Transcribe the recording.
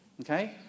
Okay